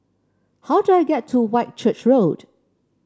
how do I get to Whitchurch Road